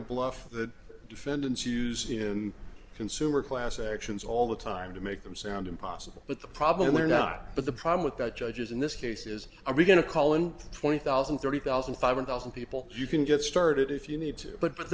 of bluff the defendants used in consumer class actions all the time to make them sound impossible but the problem they're not but the problem with the judges in this case is are we going to call in twenty thousand thirty thousand five thousand people you can get started if you need to but but